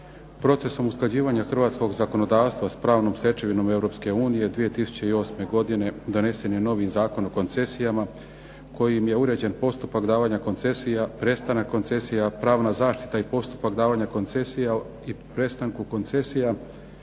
Procesom usklađivanja hrvatskog zakonodavstva s pravnom stečevinom Europske unije 2008. godine donesen je novi Zakon o koncesijama kojim je uređen postupak davanja koncesija, prestanak koncesija, pravna zaštita i postupak davanja koncesija i prestanku koncesija